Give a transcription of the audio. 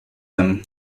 them